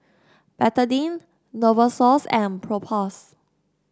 Betadine Novosource and Propass